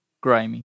Grimy